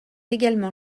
également